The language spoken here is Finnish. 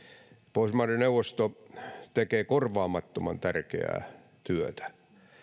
pohjoismaiden neuvosto tekee korvaamattoman tärkeää työtä